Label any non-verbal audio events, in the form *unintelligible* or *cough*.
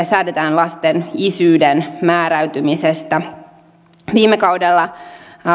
*unintelligible* säädetään lasten isyyden määräytymisestä viime kaudella